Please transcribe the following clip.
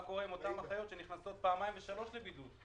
קורה עם אותן אחיות שנכנסות פעמיים ושלוש לבידוד,